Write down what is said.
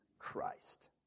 Christ